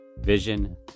Vision